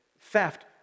theft